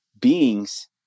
beings